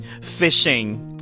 fishing